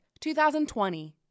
2020